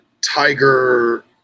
tiger